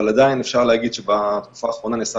אבל עדיין אפשר להגיד שבתרופה האחרונה נעשה